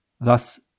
thus